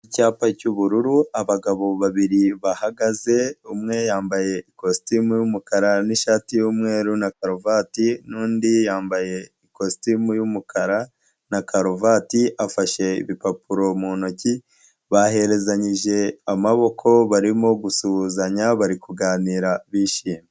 Icyapa cy'ubururu, abagabo babiri bahagaze, umwe yambaye ikositimu y'umukara n'ishati y'umweru na karuvati n'undi yambaye ikositimu y'umukara na karuvati, afashe ibipapuro mu ntoki, bahezanyije amaboko barimo gusuhuzanya bari kuganira bishimye.